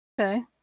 Okay